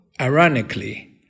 ironically